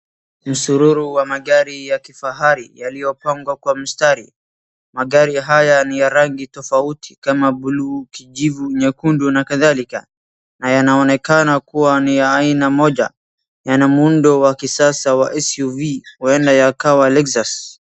Msururu wa magari ya kifahari yaliyopangwa kwa mstari, magari haya ni ya rangi tofauti kama blue , kijivu, nyekundu, na kadhalika, na yanaonekana kuwa ni ya aina moja, yana muundo wa kisasa wa SUV wa aina inakaa ya Lexus.